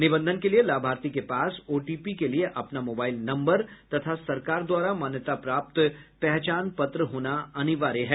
निबंधन के लिये लाभार्थी के पास ओटीपी के लिये अपना मोबाईल नम्बर तथा सरकार द्वारा मान्यता प्राप्त पहचान पत्र होना अनिवार्य है